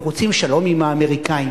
אנחנו רוצים שלום עם האמריקנים.